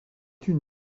une